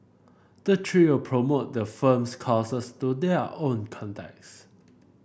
the trio promote the firm's courses to their own contacts